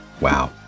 Wow